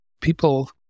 people